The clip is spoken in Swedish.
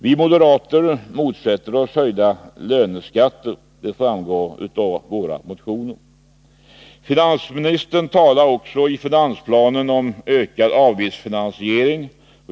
Vi moderater motsätter oss höjda löneskatter, vilket framgår av våra motioner. Finansministern talar också i finansplanen om ökad avgiftsfinansiering.